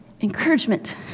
encouragement